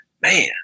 man